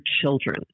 children